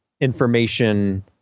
information